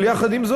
אבל עם זאת,